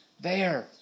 There